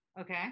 Okay